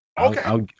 Okay